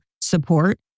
support